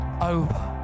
over